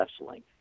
wrestling